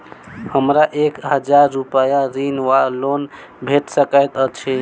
हमरा एक हजार रूपया ऋण वा लोन भेट सकैत अछि?